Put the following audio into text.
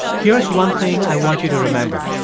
here's one thing i want you to remember.